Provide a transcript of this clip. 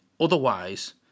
Otherwise